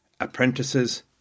apprentices